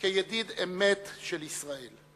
כידיד אמת של ישראל.